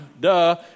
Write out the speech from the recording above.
duh